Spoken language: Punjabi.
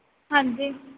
ਹਾਂਜੀ